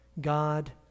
God